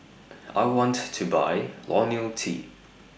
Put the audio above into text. I want to Buy Lonil T